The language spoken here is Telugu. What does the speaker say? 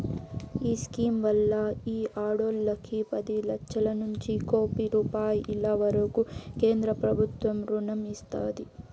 ఈ స్కీమ్ వల్ల ఈ ఆడోల్లకి పది లచ్చలనుంచి కోపి రూపాయిల వరకూ కేంద్రబుత్వం రుణం ఇస్తాది